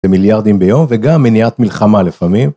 במיליארדים ביום וגם מניעת מלחמה לפעמים.